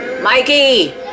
Mikey